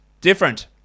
different